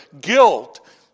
guilt